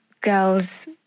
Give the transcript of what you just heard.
girls